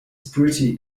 pretty